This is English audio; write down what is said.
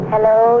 Hello